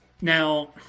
Now